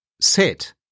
Sit